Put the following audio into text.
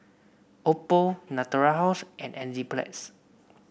Oppo Natura House and Enzyplex